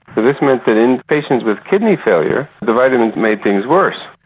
ah this meant that in patients with kidney failure the vitamins made things worse,